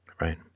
Right